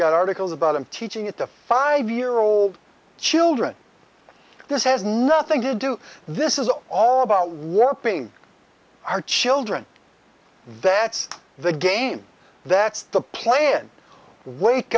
got articles about them teaching it to five year old children this has nothing to do this is all about warping our children that's the game that's the play in wake